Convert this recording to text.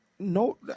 No